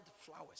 flowers